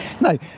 No